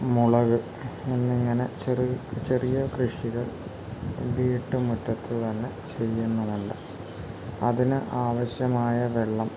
മുളക് എന്നിങ്ങനെ ചെറിയ കൃഷികൾ വീട്ടുമുറ്റത്ത് തന്നെ ചെയ്യുതല്ല അതിന് ആവശ്യമായ വെള്ളം